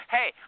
Hey